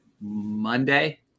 Monday